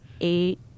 eight